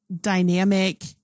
dynamic